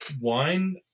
wine